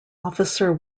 officer